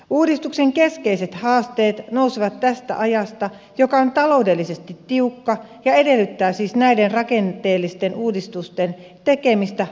uudistuksen keskeiset haasteet nousevat tästä ajasta joka on taloudellisesti tiukka ja edellyttää siis näiden rakenteellisten uudistusten tekemistä hankalissa olosuhteissa